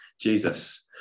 jesus